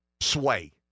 sway